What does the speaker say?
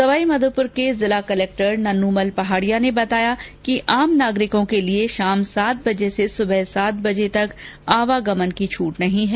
सवाईमाधोपुर के जिला कलक्टर नन्नूमल पहाडिया ने बताया कि आम नागरिको के लिए शाम सात बजे से सुबह सात बजे तक आवागमन की छूट नहीं है